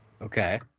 Okay